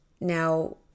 Now